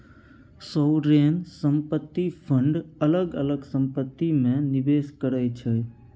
sovereign संपत्ति fund अलग अलग संपत्ति मे निबेस करै छै